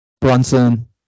Brunson